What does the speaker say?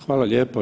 Hvala lijepo.